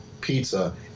pizza